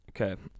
okay